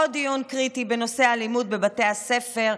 עוד דיון קריטי בנושא אלימות בבתי הספר,